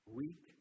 weak